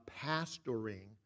pastoring